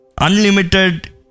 unlimited